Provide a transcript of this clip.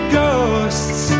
ghosts